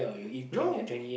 no